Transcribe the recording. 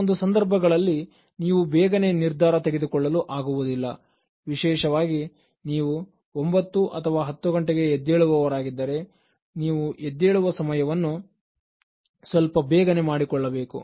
ಕೆಲವೊಂದು ಸಂದರ್ಭಗಳಲ್ಲಿ ನೀವು ಬೇಗನೆ ನಿರ್ಧಾರ ತೆಗೆದುಕೊಳ್ಳಲು ಆಗುವುದಿಲ್ಲ ವಿಶೇಷವಾಗಿ ನೀವು 9 ಅಥವಾ 10 ಗಂಟೆಗೆ ಎದ್ದೇಳುವ ರಾಗಿದ್ದಾರೆ ನೀವು ಎದ್ದೇಳುವ ಸಮಯವನ್ನು ಸ್ವಲ್ಪ ಬೇಗನೆ ಮಾಡಿಕೊಳ್ಳಬೇಕು